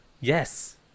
Yes